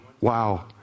Wow